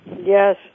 Yes